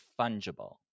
fungible